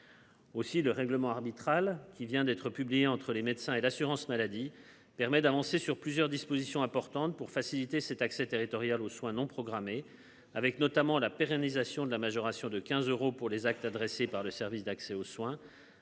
Aussi le règlement arbitral qui vient d'être publié entre les médecins et l'assurance maladie permet d'avancer sur plusieurs dispositions importantes pour faciliter cet accès territorial aux soins non programmés, avec notamment la pérennisation de la majoration de 15 euros pour les actes adressés par le service d'accès aux soins,